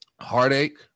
heartache